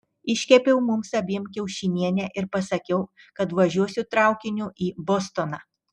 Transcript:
iškepiau mums abiem kiaušinienę ir pasakiau kad važiuosiu traukiniu į bostoną